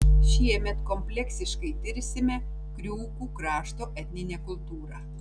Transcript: šiemet kompleksiškai tirsime kriūkų krašto etninę kultūrą